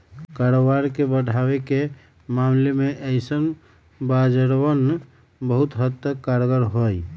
कारोबार के बढ़ावे के मामले में ऐसन बाजारवन बहुत हद तक कारगर हई